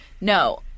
No